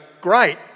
great